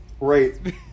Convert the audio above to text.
right